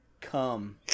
Come